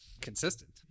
consistent